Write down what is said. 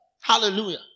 Hallelujah